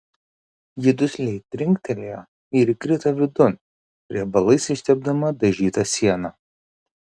ji dusliai trinktelėjo ir įkrito vidun riebalais ištepdama dažytą sieną